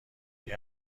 دیگه